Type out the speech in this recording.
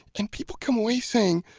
and people come away saying,